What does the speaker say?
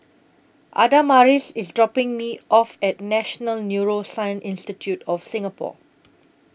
Adamaris IS dropping Me off At National Neuroscience Institute of Singapore